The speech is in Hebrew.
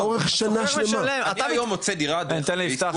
אתה היום מוצא דירה דרך הפייסבוק, כן?